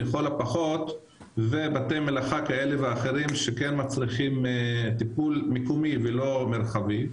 לכל הפחות ובתי מלאכה כאלה ואחרים שכן מצריכים טיפול מקומי ולא מרחבי,